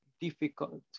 difficult